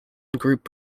grouped